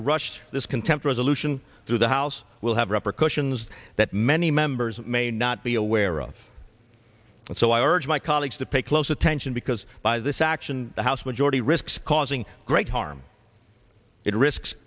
to rush this contempt resolution through the house will have repercussions that many members may not be aware of so i urge my colleagues to pay close attention because by this action the house majority risks causing great harm it risks